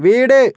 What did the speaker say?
വീട്